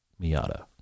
Miata